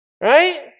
Right